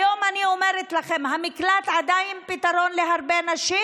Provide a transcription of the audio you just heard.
היום אני אומרת לכם: המקלט עדיין פתרון להרבה נשים,